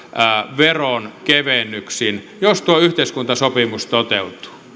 veronkevennyksin jos tuo yhteiskuntasopimus toteutuu